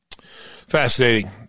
Fascinating